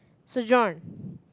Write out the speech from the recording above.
so John